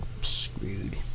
screwed